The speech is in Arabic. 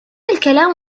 الكلام